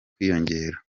kwiyongera